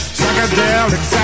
Psychedelic